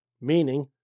meaning